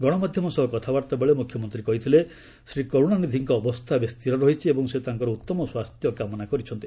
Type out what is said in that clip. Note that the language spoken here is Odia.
ଗଣମାଧ୍ୟମ ସହ କଥାବାଭାବେଳେ ମୁଖ୍ୟମନ୍ତ୍ରୀ କହିଥିଲେ ଶ୍ରୀ କରୁଣାନିଧିଙ୍କ ଅବସ୍ଥା ଏବେ ସ୍ଥିର ରହିଛି ଏବଂ ସେ ତାଙ୍କର ଉତ୍ତମ ସ୍ୱାସ୍ଥ୍ୟ କାମନା କରିଛନ୍ତି